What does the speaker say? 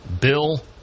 Bill